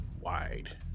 wide